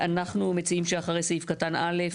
אנחנו מציעים שאחרי סעיף קטן (א),